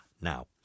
now